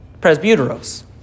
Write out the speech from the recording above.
presbyteros